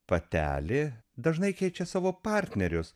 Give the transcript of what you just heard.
patelė dažnai keičia savo partnerius